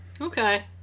Okay